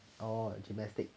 orh gymnastic